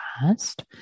past